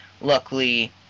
luckily